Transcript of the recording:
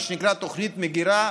מה שנקרא "תוכנית מגירה",